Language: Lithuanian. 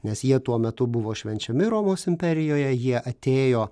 nes jie tuo metu buvo švenčiami romos imperijoje jie atėjo